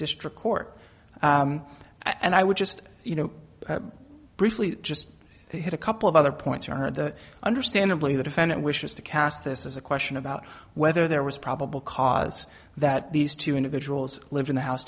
district court and i would just you know briefly just hit a couple of other points heard the understandably the defendant wishes to cast this as a question about whether there was probable cause that these two individuals lived in the house